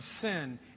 sin